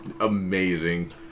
Amazing